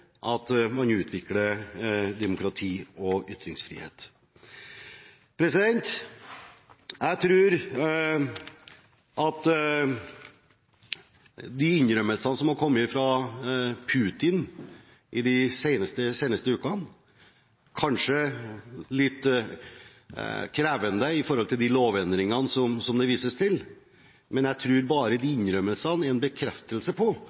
demokrati og ytringsfrihet. Jeg tror de innrømmelsene som har kommet fra Putin de seneste ukene, som kanskje er litt krevende når det gjelder de lovendringene som det vises til,